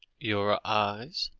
your eyes